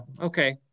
Okay